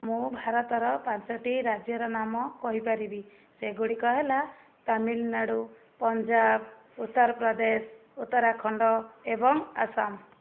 ମୁଁ ଭାରତର ପାଞ୍ଚୋଟି ରାଜ୍ୟର ନାମ କହିପାରିବି ସେଗୁଡ଼ିକ ହେଲା ତାମିଲନାଡ଼ୁ ପଞ୍ଜାବ ଉତ୍ତରପ୍ରଦେଶ ଉତ୍ତରାଖଣ୍ଡ ଏବଂ ଆସାମ